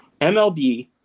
MLB